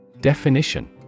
Definition